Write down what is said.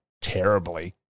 terribly